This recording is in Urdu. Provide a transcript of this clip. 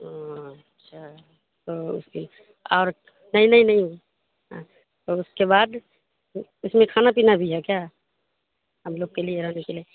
اچھا تو اس کی اور نہیں نہیں نہیں تو اس کے بعد اس میں کھانا پینا بھی ہے کیا ہم لوگ کے لیے رہنے کے لیے